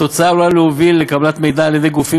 התוצאה עלולה להוביל לקבלת מידע על-ידי גופים